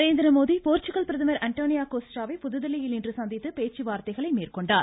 Narendra Modi Portugal பிரதமர் Antonio கோஸ்டாவை புதுதில்லியில் இன்று சந்தித்து பேச்சுவார்த்தைகளை மேற்கொண்டார்